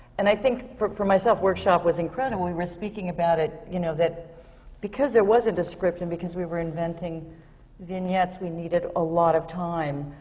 and i think, for for myself, workshop was incredible. we were speaking about it, you know, that because there wasn't a script and because we were inventing vignettes, we needed a lot of time.